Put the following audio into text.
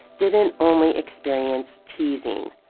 didn't only experience teasing.